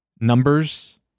numbers